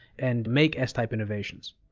and make s-type innovations.